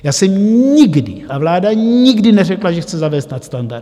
Já jsem nikdy a vláda nikdy neřekla, že chce zavést nadstandardy.